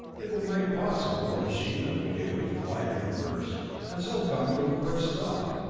it will make possible a machine that will be able to fly in reverse and so come to a quick stop.